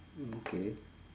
okay